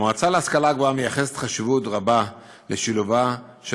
המועצה להשכלה גבוהה מייחסת חשיבות רבה לשילובה של